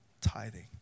tithing